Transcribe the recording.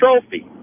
trophy